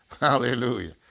Hallelujah